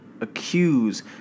accuse